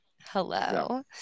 Hello